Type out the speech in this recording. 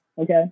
okay